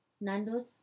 Nando's